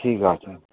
ঠিক আছে